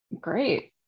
Great